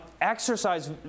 exercise